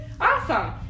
Awesome